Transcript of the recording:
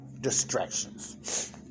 distractions